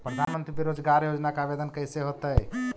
प्रधानमंत्री बेरोजगार योजना के आवेदन कैसे होतै?